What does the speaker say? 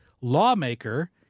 lawmaker